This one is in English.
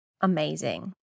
amazing